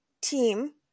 team